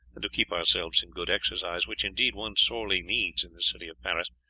and to keep ourselves in good exercise, which indeed one sorely needs in this city of paris,